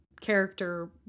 character